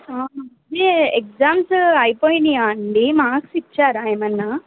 ఇదే ఎగ్జామ్స్ అయిపోయాయి అండి మార్క్స్ ఇచ్చారా ఏమైనా